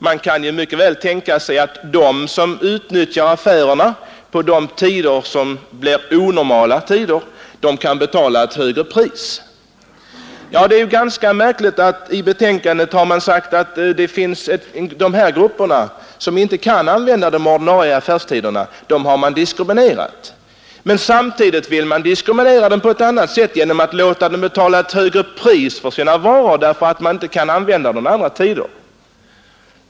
Man kan t.ex. mycket väl tänka sig att de som utnyttjar affärerna på onormala tider kan betala ett högre pris. Det är ganska märkligt. I betänkandet säger man att de här grupperna, som inte kan använda ordinarie affärstider, är diskriminerade, men samtidigt vill man nu diskriminera dem på ett annat sätt genom att låta dem betala ett högre pris för varorna därför att de inte kan använda de vanliga tiderna.